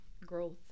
growth